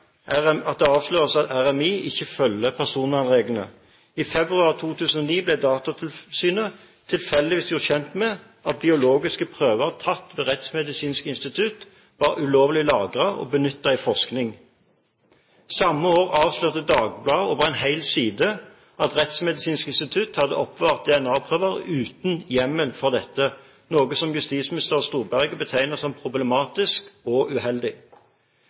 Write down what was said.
det avsløres at RMI ikke følger personvernreglene. I februar 2009 ble Datatilsynet tilfeldigvis gjort kjent med at biologiske prøver tatt ved Rettsmedisinsk institutt var ulovlig lagret og benyttet i forskning. Samme år avslørte Dagbladet over en hel side at Rettsmedisinsk institutt hadde oppbevart DNA-prøver uten hjemmel for dette, noe som justisminister Storberget betegnet som «problematisk og uheldig».